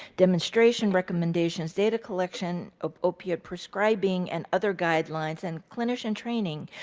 demonstration recommendations, data collection of opioid prescribing and other guidelines, and clinician training,